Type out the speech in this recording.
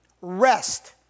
rest